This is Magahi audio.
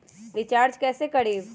रिचाज कैसे करीब?